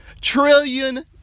Trillion